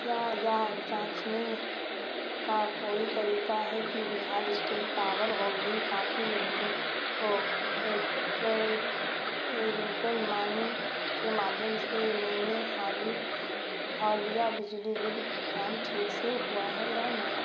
क्या याह जाँचने का कोई तरीका है कि Bihar state power holding company limited को एट्रेल एयरटेल मानी के माध्यम से मैंने हाली हालिया बिजली बिल भुगतान ठीक से हुआ है या नहीं